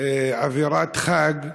אווירת חג,